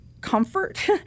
comfort